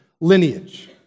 lineage